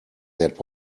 that